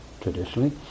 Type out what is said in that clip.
traditionally